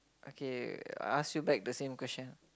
okay I ask you back the same question